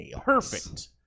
Perfect